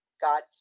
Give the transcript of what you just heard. God